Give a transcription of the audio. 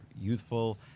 youthful